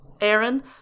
aaron